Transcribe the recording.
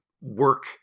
work